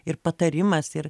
ir patarimas ir